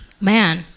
Man